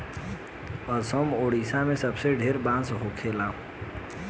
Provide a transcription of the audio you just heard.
असम, ओडिसा मे सबसे ढेर बांस होखेला